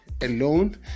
alone